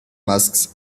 masks